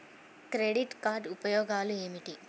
Credit card ఉపయోగాలు ఏమిటి?